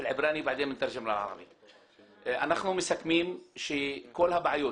אנחנו מסכמים שכל הבעיות